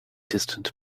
distant